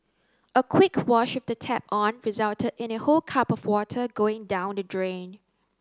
a quick wash with the tap on resulted in a whole cup of water going down the drain